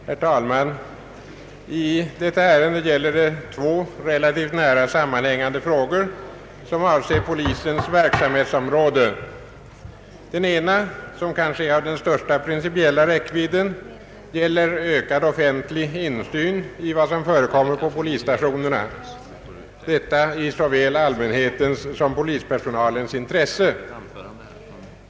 Herr talman! I detta ärende gäller det två relativt nära sammanhängande frågor, som avser polisens verksamhetsområde. Den ena, som kanske är av den största principiella räckvidden, gäller ökad offentlig insyn i vad som förekommer på polisstationerna, detta i såväl allmänhetens som polispersonalens intresse.